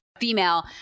female